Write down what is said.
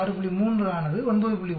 3 ஆனது 9